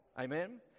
Amen